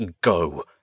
go